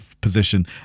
position